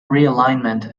realignment